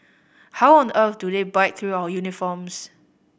how on earth do they bite through our uniforms